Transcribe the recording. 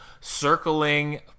circling